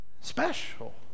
Special